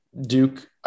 Duke